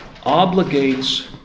obligates